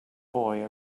boy